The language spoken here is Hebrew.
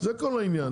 זה כל העניין.